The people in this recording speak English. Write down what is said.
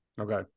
Okay